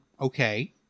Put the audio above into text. Okay